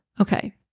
Okay